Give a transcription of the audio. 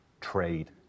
Trade